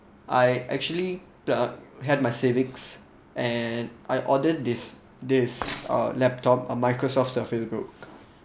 I actually pl~ had my savings and I ordered this this uh laptop a microsoft surface book